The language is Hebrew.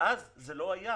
ב-2017 זה לא היה.